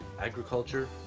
agriculture